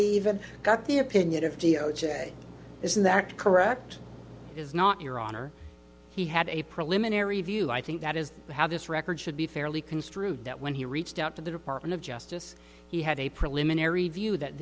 he even got the opinion of g o j isn't that correct is not your honor he had a preliminary view i think that is how this record should be fairly construed that when he reached out to the department of justice he had a preliminary view that